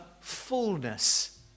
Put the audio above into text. fullness